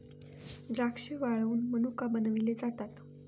द्राक्षे वाळवुन मनुका बनविले जातात